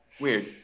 weird